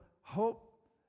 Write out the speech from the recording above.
hope